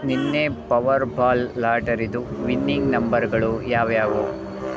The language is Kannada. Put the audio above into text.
ನಿನ್ನೆ ಪವರ್ ಬಾಲ್ ಲಾಟರಿದು ವಿನ್ನಿಂಗ್ ನಂಬರ್ಗಳು ಯಾವ್ಯಾವು